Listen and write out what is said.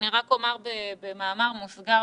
אני רק אומר במאמר מוסגר,